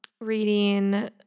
reading